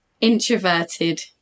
introverted